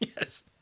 Yes